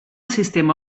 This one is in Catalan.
sistema